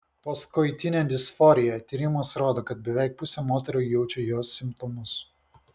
postkoitinė disforija tyrimas rodo kad beveik pusė moterų jaučia jos simptomus